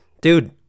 Dude